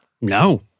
No